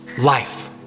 Life